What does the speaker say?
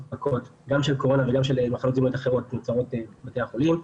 גם של קורונה וגם של מחלות זיהומיות אחרות שנוצרות בבתי החולים.